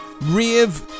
Rave